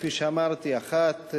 כפי שאמרתי: האחת,